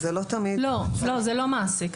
לא, זה לא מעסיק.